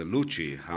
Luci